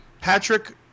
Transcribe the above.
Patrick